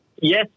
Yes